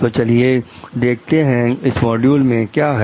तो चलिए देखते हैं इस मॉड्यूल में क्या है